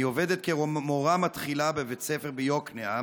אני עובדת כמורה מתחילה בבית ספר ביקנעם